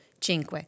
Cinque